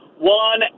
One